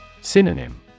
Synonym